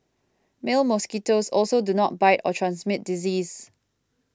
male mosquitoes also do not bite or transmit disease